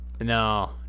No